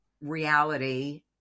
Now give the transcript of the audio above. reality